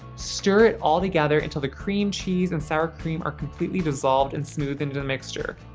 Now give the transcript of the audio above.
stir it all together until the cream cheese and sour cream are completely dissolved and smoothed into the mixture.